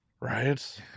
right